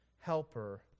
helper